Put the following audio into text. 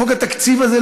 חוק התקציב הזה,